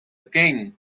king